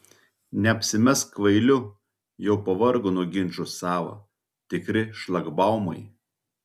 neapsimesk kvailiu jau pavargo nuo ginčų sava tikri šlagbaumai